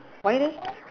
why eh